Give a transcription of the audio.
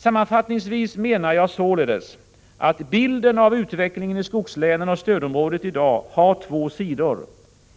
Sammanfattningsvis menar jag således att bilden av utvecklingen i skogslänen och stödområdet i dag har två sidor: